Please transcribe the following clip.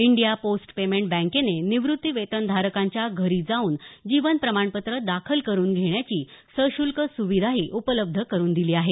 India post payment बँकेने निवृत्तीवेतनधारकांच्या घरी जाऊन जीवन प्रमाणपत्र दाखल करून घेण्याची सशुल्क सुविधाही उपलब्ध करून दिली आहे